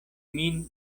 min